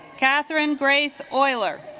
catherine grace euler